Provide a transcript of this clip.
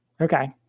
Okay